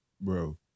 Bro